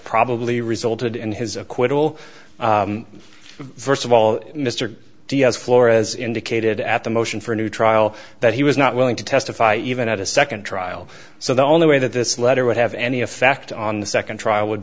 probably resulted in his acquittal first of all mr diaz flores indicated at the motion for a new trial that he was not willing to testify even at a second trial so the only way that this letter would have any effect on the second trial would